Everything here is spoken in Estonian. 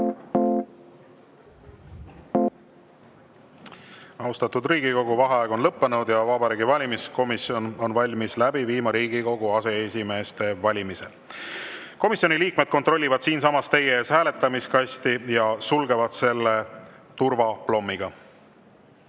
Austatud Riigikogu! Vaheaeg on lõppenud ja Vabariigi Valimiskomisjon on valmis läbi viima Riigikogu aseesimeeste valimise. Komisjoni liikmed kontrollivad siinsamas teie ees hääletamiskasti ja sulgevad selle turvaplommiga.